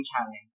challenge